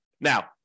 Now